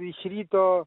iš ryto